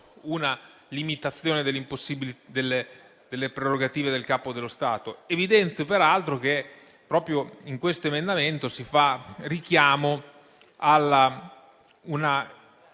una limitazione delle prerogative del Capo dello Stato. Evidenzio, peraltro, che proprio in questo emendamento si fa richiamo ad una